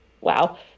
wow